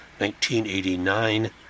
1989